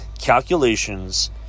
calculations